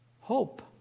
hope